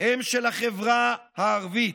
הם של החברה הערבית,